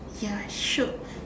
ya shook